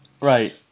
Right